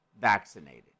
vaccinated